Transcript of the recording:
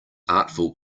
artful